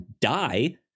die